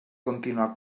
continuar